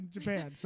Japan